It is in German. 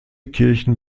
kirchen